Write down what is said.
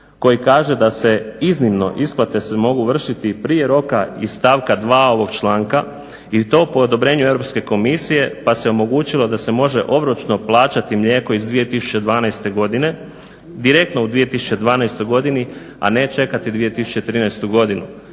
koji kaže da se iznimno isplate mogu vršiti prije roka iz stavka 2. ovog članka i to po odobrenju Europske komisije pa se omogućilo da se može obročno plaćati mlijeko iz 2012. godine direktno u 2012. godini, a ne čekati 2013. godinu